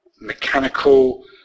mechanical